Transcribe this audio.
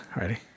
Ready